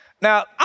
Now